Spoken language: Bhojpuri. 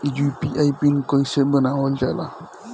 यू.पी.आई पिन कइसे बनावल जाला?